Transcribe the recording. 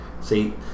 See